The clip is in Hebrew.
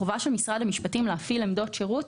החובה של משרד המשפטים להפעיל עמדות שירות,